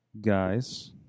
guys